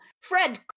Fred